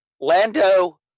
Lando